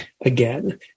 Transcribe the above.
again